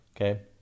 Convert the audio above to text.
Okay